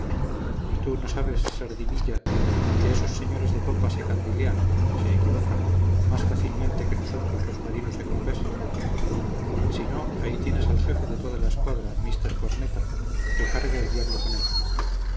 y tú no sabes sardiniya que esos señores de popa se candilean se equivocan más fácilmente que nosotros los marinos de combés si no ahí tienes al jefe de toda la escuadra mr corneta que cargue el diablo con él